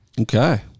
Okay